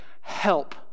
help